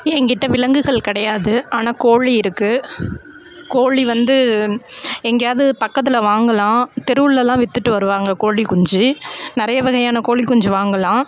எங்கிட்ட விலங்குகள் கெடையாது ஆனால் கோழி இருக்குது கோழி வந்து எங்கையாவது பக்கத்தில் வாங்கலாம் தெருவில் எல்லாம் வித்துகிட்டு வருவாங்கள் கோழிக்குஞ்சு நறைய வகையான கோழிக்குஞ்சு வாங்கலாம்